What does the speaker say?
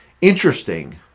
interesting